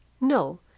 No